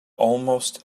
almost